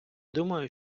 думаю